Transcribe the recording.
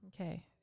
Okay